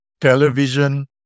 television